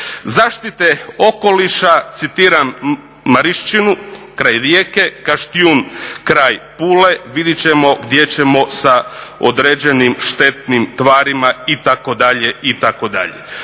Zaštite okoliša, citiram Marinščinu kraj Rijeke, Kaštjun kraj Pule. Vidit ćemo gdje ćemo sa određenim štetnim tvarima itd.